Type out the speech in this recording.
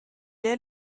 est